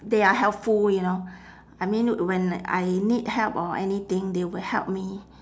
they are helpful you know I mean when I need help or anything they will help me